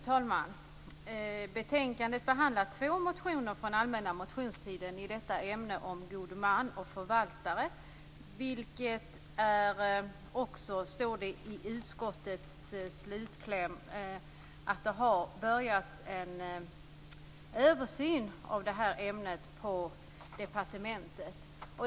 Fru talman! Betänkandet behandlar två motioner från allmänna motionstiden i ämnet God man och förvaltare. Det står också i utskottets slutkläm att det har börjats en översyn av detta ämne på departementet.